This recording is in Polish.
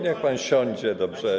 Niech pan siądzie, dobrze?